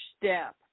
step